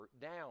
down